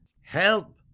help